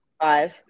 Five